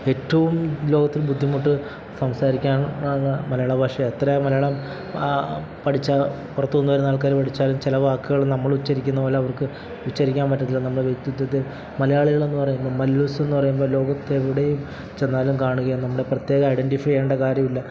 ഏറ്റവും ലോകത്തിൽ ബുദ്ധിമുട്ട് സംസാരിക്കാൻ മലയാള ഭാഷയാണ് എത്ര മലയാളം പഠിച്ച പുറത്തുനിന്ന് വരുന്ന ആൾക്കാർ പഠിച്ചാലും ചില വാക്കുകൾ നമ്മളുച്ഛരിക്കുന്നതുപോലെ അവർക്ക് ഉച്ഛരിക്കാൻ പറ്റത്തില്ല നമ്മുടെ വ്യക്തിത്വത്തെ മലയാളികളെന്ന് പറയുമ്പോൾ മല്ലൂസെന്ന് പറയുമ്പോൾ ലോകത്തെവിടെയും ചെന്നാലും കാണുകയും നമ്മുടെ പ്രത്യേകം ഐഡൻടിഫൈ ചെയ്യേണ്ടേ കാര്യമില്ല